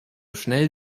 schnell